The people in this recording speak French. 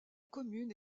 commune